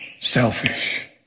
Selfish